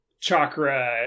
chakra